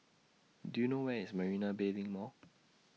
Do YOU know Where IS Marina Bay LINK Mall